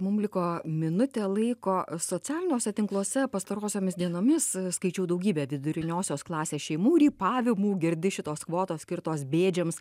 mum liko minutė laiko socialiniuose tinkluose pastarosiomis dienomis skaičiau daugybę viduriniosios klasės šeimų rypavimų girdi šitos kvotos skirtos bėdžiams